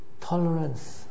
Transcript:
tolerance